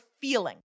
feeling